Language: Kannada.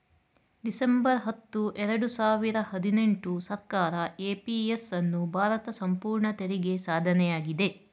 ಡಿಸೆಂಬರ್ ಹತ್ತು ಎರಡು ಸಾವಿರ ಹದಿನೆಂಟು ಸರ್ಕಾರ ಎಂ.ಪಿ.ಎಸ್ ಅನ್ನು ಭಾರತ ಸಂಪೂರ್ಣ ತೆರಿಗೆ ಸಾಧನೆಯಾಗಿದೆ